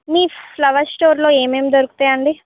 మీ flower స్టోర్లో ఏమేమి దొరుకుతాయి అండి